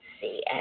see